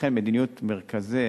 לכן מדיניות מרכזי